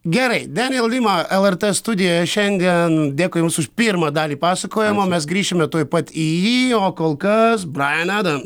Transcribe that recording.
gerai deril erima lrt studijoje šiandien dėkui jums už pirmą dalį pasakojimo mes grįšime tuoj pat į jį o kol kas brajan adams